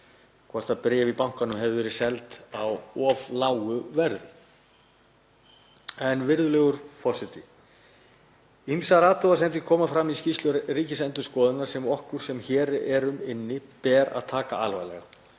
hvort bréf í bankanum hefðu verið seld á of lágu verði. Virðulegur forseti. Ýmsar athugasemdir koma fram í skýrslu Ríkisendurskoðunar sem okkur sem hér erum inni ber að taka alvarlega